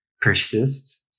persist